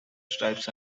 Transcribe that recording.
stripes